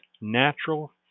natural